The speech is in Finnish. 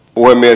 puhemies